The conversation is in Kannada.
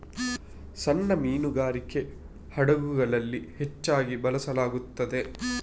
ಸಣ್ಣ ಮೀನುಗಾರಿಕೆ ಹಡಗುಗಳಲ್ಲಿ ಹೆಚ್ಚಾಗಿ ಬಳಸಲಾಗುತ್ತದೆ